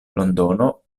londono